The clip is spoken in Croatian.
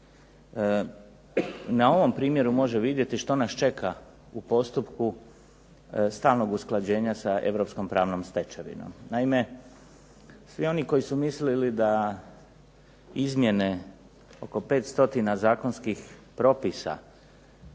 na ovom primjeru može vidjeti što nas čeka u postupku stalnog usklađenja sa europskom pravnom stečevinom. Naime, svi oni koji su mislili da izmjene oko 500 zakonskih propisa